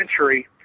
century